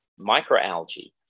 microalgae